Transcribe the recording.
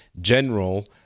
general